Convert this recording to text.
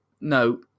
no